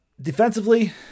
Defensively